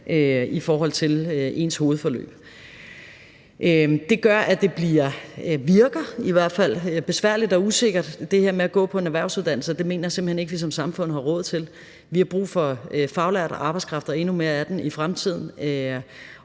i forhold til ens hovedforløb. Det gør, at det bliver eller i hvert fald virker besværligt og usikkert, altså det her med at gå på en erhvervsuddannelse, og det mener jeg simpelt hen ikke vi som samfund har råd til. Vi har brug for faglært arbejdskraft – og endnu mere af den i fremtiden